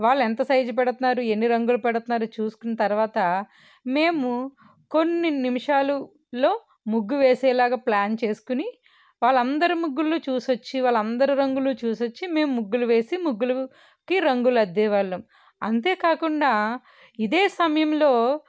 వాళ్లు ఎంత సైజ్ పెడతున్నారో ఎన్ని రంగులు పెడతున్నారో చూసుకున్న తర్వాత మేము కొన్ని నిమిషాలులో ముగ్గు వేసే లాగా ప్ల్యాన్ చేసుకొని వాళ్ళందరి ముగ్గులు చూసొచ్చి వాళ్ళందరూ రంగులు చూసొచ్చి మేము ముగ్గులు వేసి ముగ్గులు కి రంగులు అద్దేవాళ్ళం అంతేకాకుండా ఇదే సమయంలో